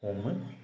हमो